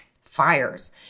fires